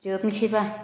जोबनोसैबा